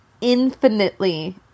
infinitely